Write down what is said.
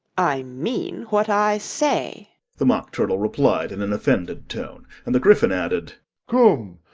i mean what i say the mock turtle replied in an offended tone. and the gryphon added come,